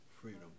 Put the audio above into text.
Freedom